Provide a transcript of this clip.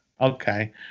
Okay